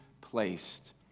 placed